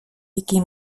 який